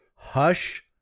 hush